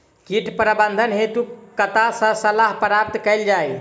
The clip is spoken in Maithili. कीट प्रबंधन हेतु कतह सऽ सलाह प्राप्त कैल जाय?